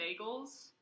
bagels